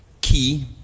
key